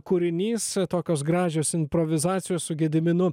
kūrinys tokios gražios improvizacijos su gediminu